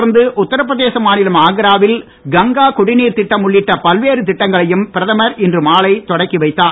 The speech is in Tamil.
தொடர்ந்து உத்திரப்பிரதேச மாநிலம் ஆக்ராவில் கங்கா குடிநீர் திட்டம் உள்ளிட்ட பல்வேறு திட்டங்களையும் பிரதமர் இன்று மாலை தொடக்கி வைத்தார்